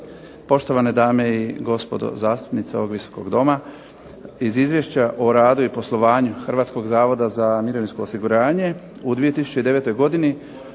poštovane dame i gospodo zastupnici ovog Visokog doma. Iz Izvješća o radu i poslovanju Hrvatskog zavoda za mirovinsko osiguranje u 2009. godini